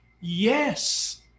yes